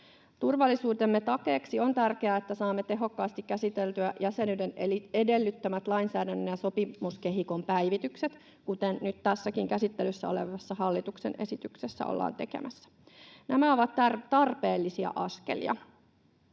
Turvallisuutemme takeeksi on tärkeää, että saamme tehokkaasti käsiteltyä jäsenyyden edellyttämät lainsäädännön ja sopimuskehikon päivitykset, kuten nyt tässäkin käsittelyssä olevassa hallituksen esityksessä ollaan tekemässä. Nämä ovat tarpeellisia askelia.